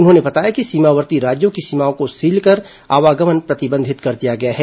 उन्होंने बताया कि सीमावर्ती राज्यों की सीमाओं को सील कर आवागमन प्रतिबंधित कर दिया गया है